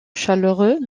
chaleureux